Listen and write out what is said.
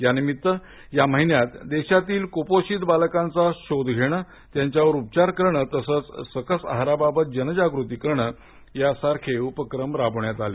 यानिमित्त या महिन्यात देशातील कुपोषित बालकांचा शोध घेण त्यांच्यावर उपचार करण तसंच सकस आहाराबाबत जनजागृती करण यासारखे उपक्रम राबवण्यात आले